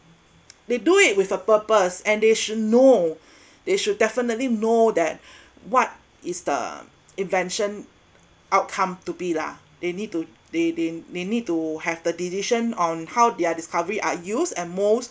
they do it with a purpose and they should know they should definitely know that what is the invention outcome to be lah they need to they they they need to have the decision on how their discovery are used at most